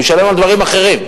הוא ישלם על דברים אחרים.